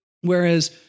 Whereas